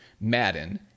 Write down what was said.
Madden